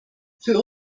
für